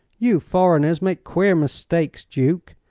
you foreigners make queer mistakes, duke,